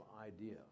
idea